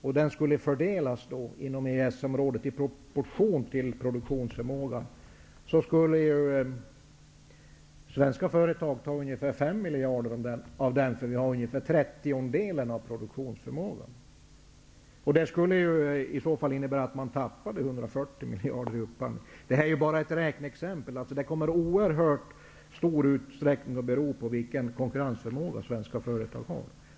Om den upphandlingen fördelas inom EES-området i proportion till produktionsförmågan, skulle svenska företag ta ca 5 miljarder av upphandlingen. Vi står för ungefär en trettiondel av produktionsförmågan. Det skulle innebära att man tappade drygt 140 miljarder av upphandling. Detta är bara ett räkneexempel. Resultatet kommer att i oerhört stor utsträckning bero på vilken konkurrensförmåga svenska företag har.